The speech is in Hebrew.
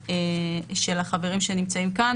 החברים שנמצאים פה,